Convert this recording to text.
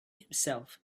himself